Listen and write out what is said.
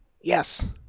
Yes